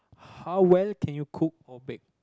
how well can you cook or bake